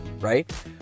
right